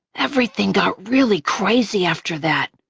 everything got really crazy after that.